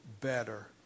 better